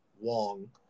Wong